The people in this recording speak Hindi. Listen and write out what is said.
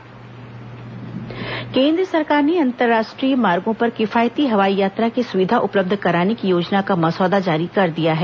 हवाई यात्रा मसौदा केन्द्र सरकार ने अंतर्राष्ट्रीय मार्गो पर किफायती हवाई यात्रा की सुविधा उपलब्ध कराने की योजना का मसौदा जारी कर दिया है